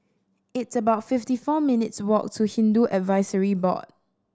it's about fifty four minutes' walk to Hindu Advisory Board